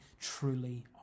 truly